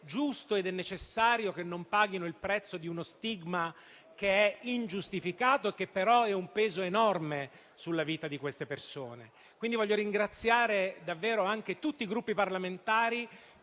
giusto ed è necessario che non paghino il prezzo di uno stigma che è ingiustificato e che però è un peso enorme sulla vita di queste persone. Voglio perciò ringraziare tutti i Gruppi parlamentari